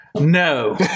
No